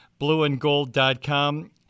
blueandgold.com